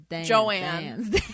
Joanne